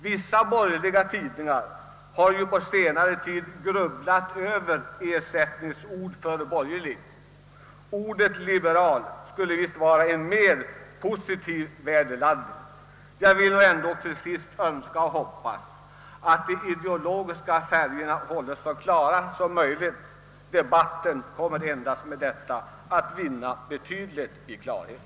Vissa borgerliga tid ningar har ju på senare tid grubblat över ersättningsord för »borgerlig» — ordet liberal skulle visst vara en mer positiv värdeladdning. Jag uttalar ändå till sist förhoppningen att de ideologiska färgerna skall hållas i så klar ton som möjligt. Debatten vinner därigenom betydligt i klarhet.